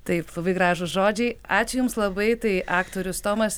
taip labai gražūs žodžiai ačiū jums labai tai aktorius tomas